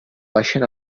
baixen